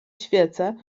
świecę